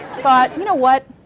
thought, you know what,